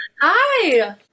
Hi